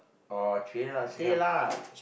oh say lah say lah